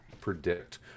predict